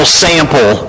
sample